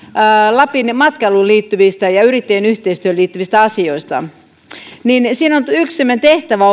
lapin matkailuun liittyvistä ja yrittäjien yhteistyöhön liittyvistä asioista ja siinä on yksi semmoinen tehtävä